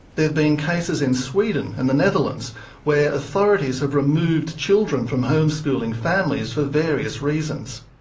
there've been cases in sweden and the netherlands where authorities have removed children from homeschooling families for various reasons.